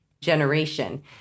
generation